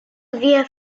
viens